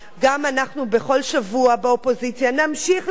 גם אנחנו בכל שבוע באופוזיציה נמשיך להביע